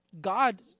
God